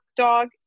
dog